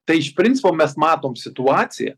tai iš principo mes matom situaciją